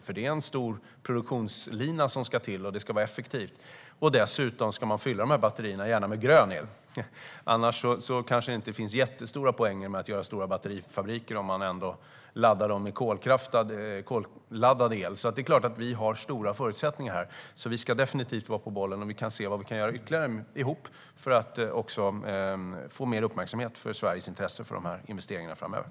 Det krävs ju en stor produktionslina, och det ska vara effektivt. Dessutom ska man gärna fylla batterierna med grön el. Det finns kanske inte jättestora poänger med att bygga stora batterifabriker om man ändå laddar dem med kolkraftsel. Vi har goda förutsättningar här. Vi ska definitivt vara på bollen, och vi ska se vad vi tillsammans kan göra för att få mer uppmärksamhet för Sveriges intresse för dessa investeringar framöver.